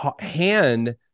hand